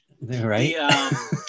Right